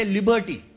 Liberty